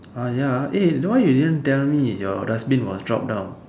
ya why you didn't tell me your dustbin was drop down